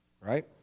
Right